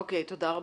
אוקיי, תודה רבה.